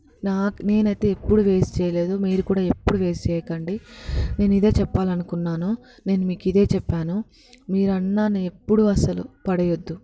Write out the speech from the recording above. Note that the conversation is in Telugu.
నాకు నేను అయితే ఎప్పుడూ వేస్ట్ చేయలేదు మీరు కూడా ఎప్పుడు వేస్ట్ చేయకండి నేను ఇదే చెప్పాలి అనుకున్నాను నేను మీకు ఇదే చెప్పాను మీరు అన్నాన్ని ఎప్పుడు అస్సలు పడవేయద్దు